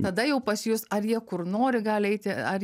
tada jau pas jus ar jie kur nori gali eiti ar